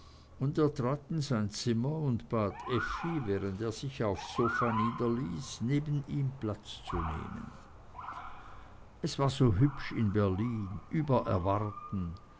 und er trat in sein zimmer und bat effi während er sich aufs sofa niederließ neben ihm platz zu nehmen es war so hübsch in berlin über erwarten